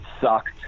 sucked